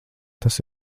tas